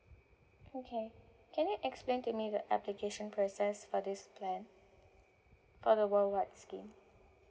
okay can you explain to me the application process for this plan for the worldwide scheme